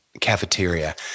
cafeteria